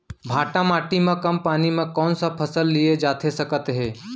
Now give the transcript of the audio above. भांठा माटी मा कम पानी मा कौन फसल लिए जाथे सकत हे?